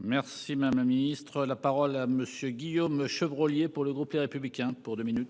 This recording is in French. Merci, madame la Ministre, la parole à Monsieur Guillaume Chevrollier pour le groupe Les Républicains pour 2 minutes.